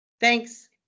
Thanks